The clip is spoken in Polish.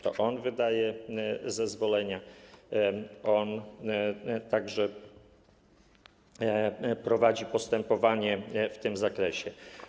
To on wydaje zezwolenia, on także prowadzi postępowanie w tym zakresie.